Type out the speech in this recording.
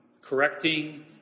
correcting